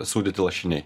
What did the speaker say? sūdyti lašiniai